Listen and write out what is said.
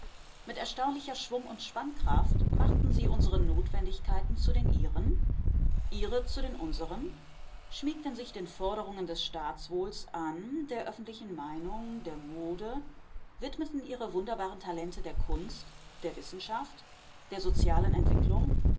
mit erstaunlicher schwung und spannkraft machten sie unsere notwendigkeiten zu den ihren ihre zu den unseren schmiegten sich den forderungen des staatswohls an der öffentlichen meinung der mode widmeten ihre wunderbaren talente der kunst der wissenschaft der sozialen entwicklung